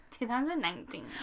2019